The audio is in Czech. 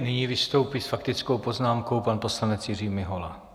Nyní vystoupí s faktickou poznámkou pan poslanec Jiří Mihola.